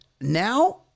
Now